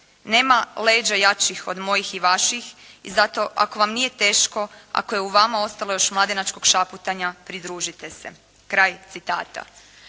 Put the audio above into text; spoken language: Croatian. Nema leđa jačih od mojih i vaših i zato ako vam nije teško, ako je u vama ostalo još mladenačkog šaputanja, pridružite se.", kraj citata.